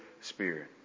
Spirit